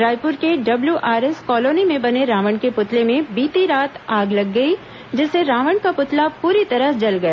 रायपुर के WRS colony में बने रावण के पुतले में बीती रात आग लग गई जिससे रावण का पुतला पूरी तरह जल गया